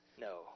No